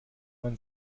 man